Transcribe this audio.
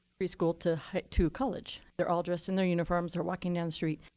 pre-school to to college. they're all dressed in their uniforms. they're walking down the street.